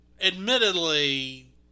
admittedly